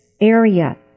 area